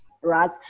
Right